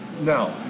Now